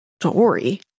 story